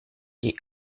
die